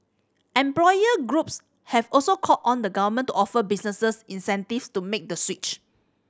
employer groups have also called on the Government to offer businesses incentive to make the switch